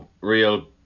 real